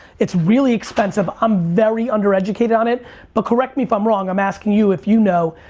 it's really expensive. i'm very undereducated on it but correct me if i'm wrong. i'm asking you if you know.